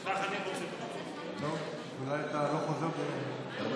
טוב, אני